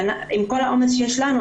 עם כל העומס שיש לנו,